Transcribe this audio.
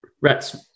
rat's